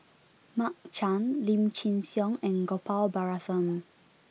Mark Chan Lim Chin Siong and Gopal Baratham